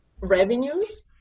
revenues